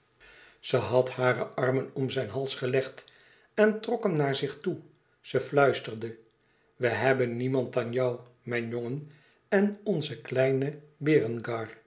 ze had hare armen om zijn hals gelegd en trok hem naar zich toe ze fluisterde we hebben niemand dan jou mijn jongen en onzen kleinen